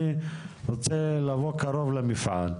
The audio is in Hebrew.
אני רוצה לבוא קרוב למפעל,